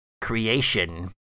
creation